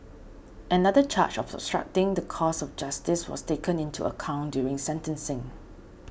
another charge of obstructing the course of justice was taken into account during sentencing